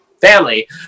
family